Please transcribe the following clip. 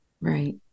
Right